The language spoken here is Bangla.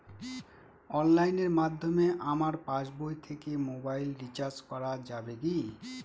অনলাইনের মাধ্যমে আমার পাসবই থেকে মোবাইল রিচার্জ করা যাবে কি?